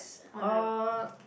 oh